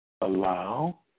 allow